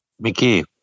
Mickey